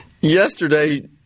Yesterday